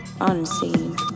unseen